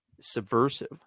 subversive